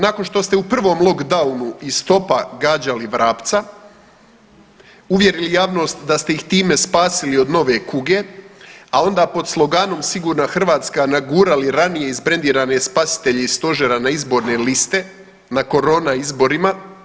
Nakon što ste u prvom lockdownu iz topa gađali vrapca, uvjerili javnost da ste ih time spasili od nove kuge, a onda pod sloganom „Sigurna Hrvatska“ nagurali ranije izbrendirane spasitelje iz stožera na izborne liste na korona izborima.